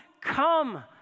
come